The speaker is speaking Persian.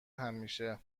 همیشه